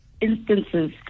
instances